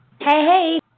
hey